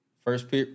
First